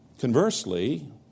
Conversely